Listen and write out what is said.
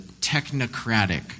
technocratic